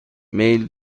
میل